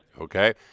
Okay